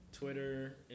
Twitter